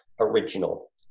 original